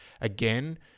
again